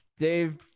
Dave